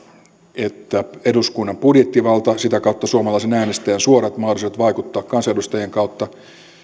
että eduskunnan budjettivalta ja sitä kautta suomalaisen äänestäjän suorat mahdollisuudet vaikuttaa kansanedustajien kautta